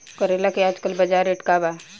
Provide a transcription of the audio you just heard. करेला के आजकल बजार रेट का बा?